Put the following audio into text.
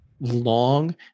long